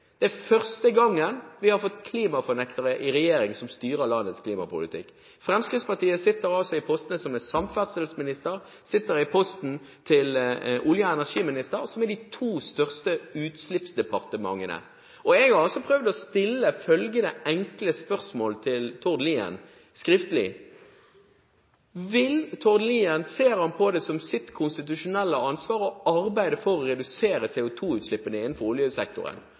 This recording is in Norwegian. Det er første gang vi har fått klimafornektere i en regjering som styrer landets klimapolitikk. Fremskrittspartiet sitter altså i postene som samferdselsminister og som olje- og energiminister, som er de to største utslippsdepartementene. Jeg har prøvd å stille følgende enkle spørsmål til Tord Lien skriftlig: Ser Tord Lien på det som sitt konstitusjonelle ansvar å arbeide for å redusere CO2-utslippene innenfor oljesektoren?